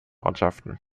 ortschaften